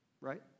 Right